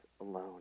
alone